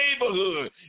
neighborhood